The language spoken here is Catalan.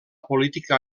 política